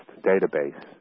database